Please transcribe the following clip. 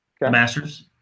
Masters